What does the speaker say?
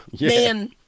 man